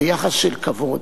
ביחס של כבוד,